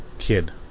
kid